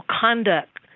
conduct